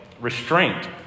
restraint